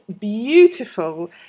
beautiful